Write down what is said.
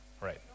Right